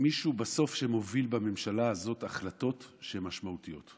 מישהו בסוף שמוביל בממשלה הזאת החלטות שהן משמעותיות,